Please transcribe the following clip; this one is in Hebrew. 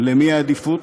למי יש עדיפות: